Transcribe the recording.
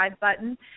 button